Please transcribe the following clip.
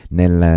nel